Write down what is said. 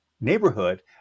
neighborhood